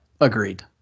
agreed